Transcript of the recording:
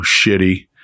Shitty